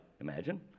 imagine